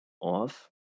off